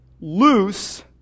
loose